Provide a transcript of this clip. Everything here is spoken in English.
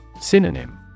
Synonym